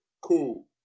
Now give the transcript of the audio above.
cool